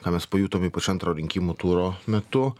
ką mes pajutom ypač antro rinkimų turo metu